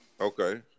okay